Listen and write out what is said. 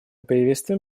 приветствуем